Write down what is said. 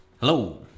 Hello